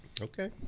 Okay